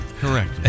Correct